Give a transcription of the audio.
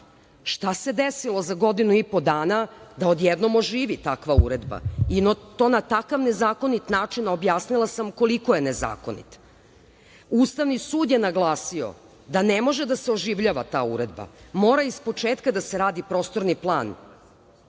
Šta se desilo za godinu i po dana da odjednom oživi takva uredba i to na takav nezakonit način, a objasnila sam koliko je nezakonit? Ustavni sud je naglasio da ne može da se oživljava ta uredba, mora ispočetka da se radi prostorni plan.